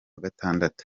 gatandatu